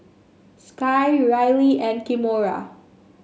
Sky Rylie and Kimora